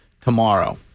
tomorrow